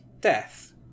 death